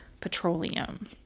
petroleum